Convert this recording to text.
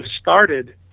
started